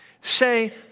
Say